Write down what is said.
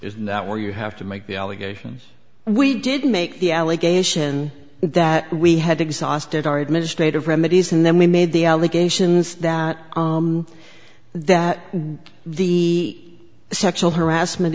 is that where you have to make the allegations we didn't make the allegation that we had exhausted our administrative remedies and then we made the allegations that that the sexual harassment